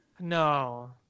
no